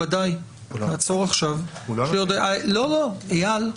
נעצור עכשיו, אייל,